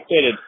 updated